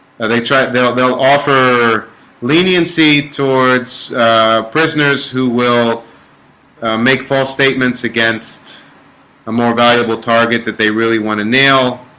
they tried they'll they'll offer leniency towards prisoners who will make false statements against a more valuable target that they really want to nail